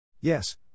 Yes